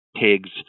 pigs